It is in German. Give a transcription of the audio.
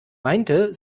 meinte